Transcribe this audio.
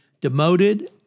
demoted